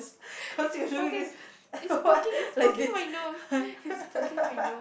is poking is poking is poking my nose is poking my nose